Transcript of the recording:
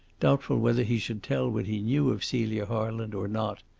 doubtful whether he should tell what he knew of celia harland or not.